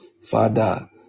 Father